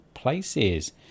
Places